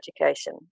education